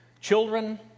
children